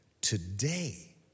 Today